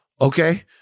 okay